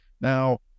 Now